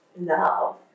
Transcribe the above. love